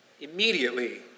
Immediately